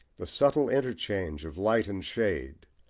the subtle interchange of light and shade,